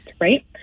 right